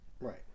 Right